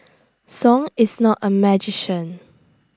song is not A magician